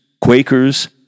Quakers